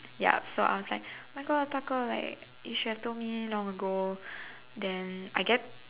yup so I was like oh my God 大哥 like you should have told me long ago then I get